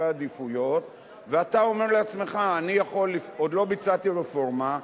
עדיפויות ואתה אומר לעצמך: אני יכול עוד לא ביצעתי רפורמה,